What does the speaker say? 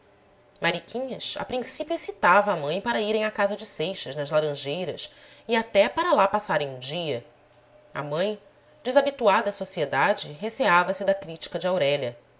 mariquinhas a princípio excitava a mãe para irem à casa de seixas nas laranjeiras e até para lá passarem um dia a mãe desabituada à sociedade receava se da crítica de aurélia